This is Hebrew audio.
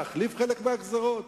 להחליף חלק מהגזירות?